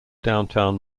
downtown